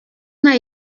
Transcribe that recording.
n’a